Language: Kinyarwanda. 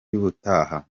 y’ubutaha